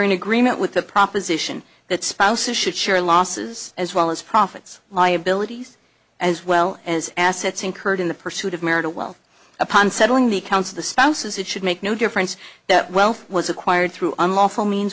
in agreement with the proposition that spouses should share losses as well as profits liabilities as well as assets incurred in the pursuit of marital wealth upon settling the accounts of the spouses it should make no difference that wealth was acquired through unlawful means